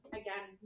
again